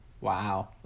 Wow